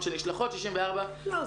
55% מדווחים על בלגן במשימות שנשלחות --- לא,